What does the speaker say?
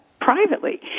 privately